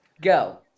Go